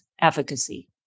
efficacy